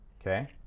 Okay